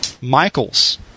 Michaels